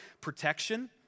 protection